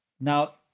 now